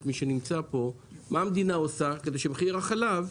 מי שנמצא פה מה המדינה עושה כדי שמחיר החלב,